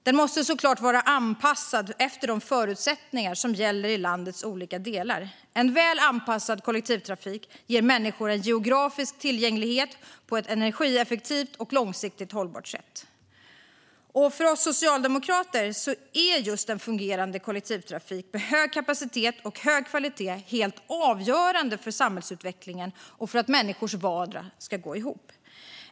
Det måste såklart vara anpassat efter de förutsättningar som finns i landets olika delar. En väl anpassad kollektivtrafik ger människor en geografisk tillgänglighet på ett energieffektivt och långsiktigt hållbart sätt. För oss socialdemokrater är just en fungerande kollektivtrafik med hög kapacitet och hög kvalitet helt avgörande för samhällsutvecklingen och för att människors vardag ska gå ihop.